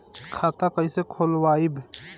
खाता कईसे खोलबाइ?